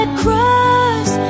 cross